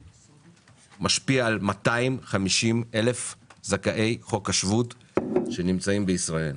שמשפיע על 250,000 זכאי חוק השבות שנמצאים בישראל.